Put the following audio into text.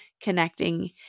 connecting